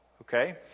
Okay